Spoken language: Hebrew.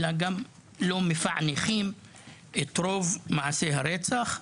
אלא גם לא מפענחים את רוב מקרי הרצח.